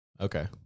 Okay